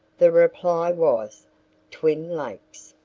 the reply was twin lakes.